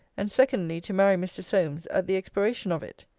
and, secondly, to marry mr. solmes, at the expiration of it.